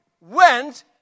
went